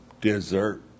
Dessert